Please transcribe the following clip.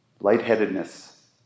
lightheadedness